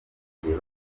bagiye